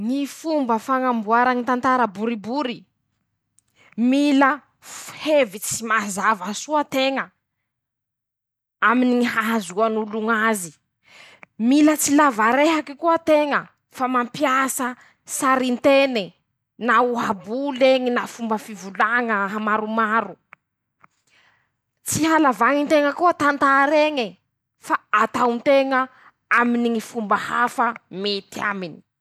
Ñy fomba fañamboara ñy tantara boribory: -Mila f hevitsy mazava soa teña, aminy ñy ahazaoan'oloñy ñazy. -Mila tsy lava rehaky koa teña fa mampiasa sarintene na ohabol'eñy na fomba fivolaña aa hamaromaro. -Tsy halavañy nteña koa tantar'eñy atao nteña aminy Ñy fomba hafa mety aminy.